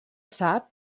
sap